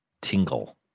tingle